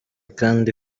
kandi